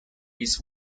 his